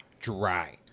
Dry